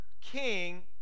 king